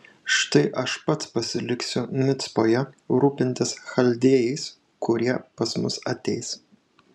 štai aš pats pasiliksiu micpoje rūpintis chaldėjais kurie pas mus ateis